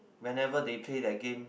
whenever they play that game